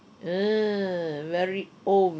err very old very old